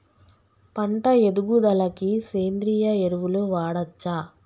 పంట ఎదుగుదలకి సేంద్రీయ ఎరువులు వాడచ్చా?